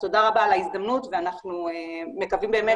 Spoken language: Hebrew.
תודה רבה על ההזדמנות ואנחנו מקווים באמת